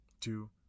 two